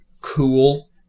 cool